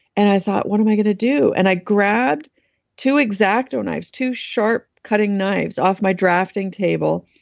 and i thought, what am i going to do? and i grabbed two x-acto knives, two sharp cutting knives, off my drafting table.